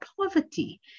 poverty